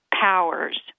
powers